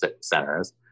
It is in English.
centers